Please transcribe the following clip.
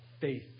faith